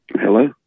Hello